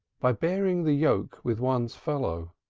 by bearing the yoke with one's fellow,